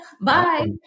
bye